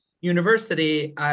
university